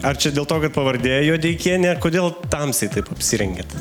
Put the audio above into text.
ar čia dėl to kad pavardė juodeikienė kodėl tamsiai taip apsirengėt